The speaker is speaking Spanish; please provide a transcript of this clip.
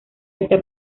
esta